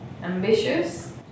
ambitious